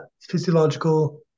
Physiological